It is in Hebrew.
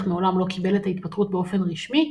מעולם לא קיבל את ההתפטרות באופן רשמי,